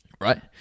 right